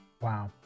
Wow